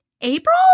April